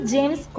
James